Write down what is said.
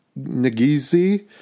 Nagizi